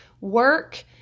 work